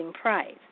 price